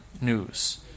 news